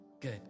Good